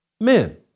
Men